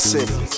City